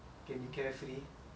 K um